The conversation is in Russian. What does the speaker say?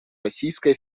российская